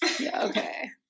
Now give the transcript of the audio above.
Okay